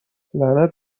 لعنت